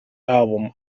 album